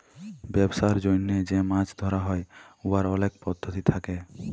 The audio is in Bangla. ব্যবসার জ্যনহে যে মাছ ধ্যরা হ্যয় উয়ার অলেক পদ্ধতি থ্যাকে